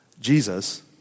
Jesus